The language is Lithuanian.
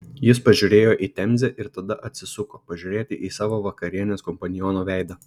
jis pažiūrėjo į temzę ir tada atsisuko pažiūrėti į savo vakarienės kompaniono veidą